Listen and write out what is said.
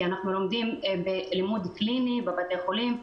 כי אנחנו לומדים בלימוד קליני בבתי חולים,